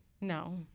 no